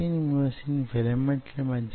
కాబట్టి నేను మీకిచ్చిన పోలిక గుర్తు చేసుకోండి